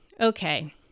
okay